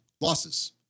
losses